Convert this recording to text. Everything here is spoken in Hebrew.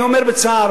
אני אומר בצער,